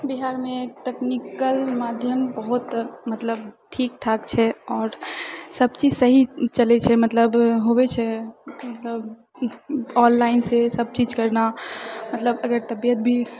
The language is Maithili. बिहारमे टेक्निकल माध्यम बहुत मतलब ठीक ठाक छै आओर सब चीज सही चलै छै मतलब होबै छै मतलब ऑनलाइन से सब चीज करना मतलब अगर तबियत भी